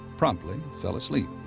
promptly fell asleep.